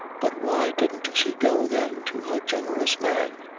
but why didn't she go then to her generous man?